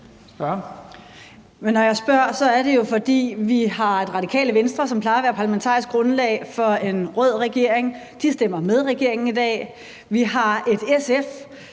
Når jeg spørger, er det jo, fordi vi har et Radikale Venstre, som plejer at være parlamentarisk grundlag for en rød regering, som stemmer med regeringen i dag. Vi har et SF,